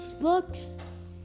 books